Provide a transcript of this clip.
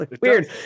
Weird